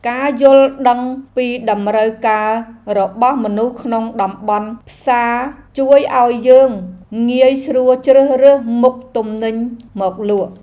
ការយល់ដឹងពីតម្រូវការរបស់មនុស្សក្នុងតំបន់ផ្សារជួយឱ្យយើងងាយស្រួលជ្រើសរើសមុខទំនិញមកលក់។